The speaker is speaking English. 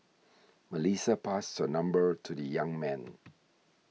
Melissa passed her number to the young man